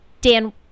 dan